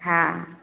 हँ